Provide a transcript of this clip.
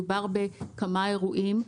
מדובר בכמה אירועים.